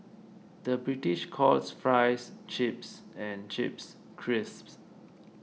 the British calls Fries Chips and Chips Crisps